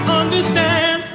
understand